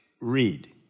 read